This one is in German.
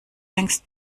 längst